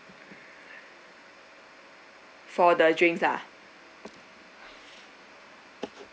for the drinks lah